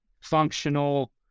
functional